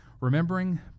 Remembering